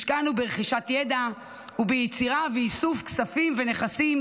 השקענו ברכישת ידע וביצירה ואיסוף כספים ונכסים,